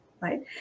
right